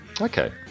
Okay